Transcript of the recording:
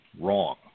wrong